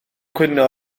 cwyno